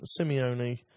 Simeone